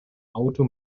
auto